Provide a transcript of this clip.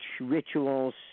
rituals